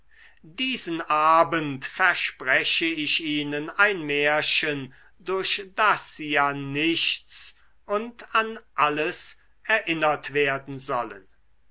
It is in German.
diesen abend verspreche ich ihnen ein märchen durch das sie an nichts und an alles erinnert werden sollen